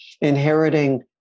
inheriting